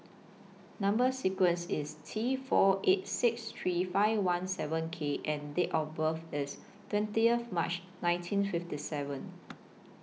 Number sequence IS T four eight six three five one seven K and Date of birth IS twentieth March nineteen fifty seven